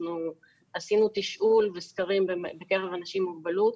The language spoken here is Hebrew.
עשינו תשאול וסקרים בקרב אנשים עם מוגבלות,